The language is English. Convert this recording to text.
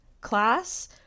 class